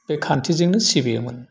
बे खान्थिजोंनो सिबियोमोन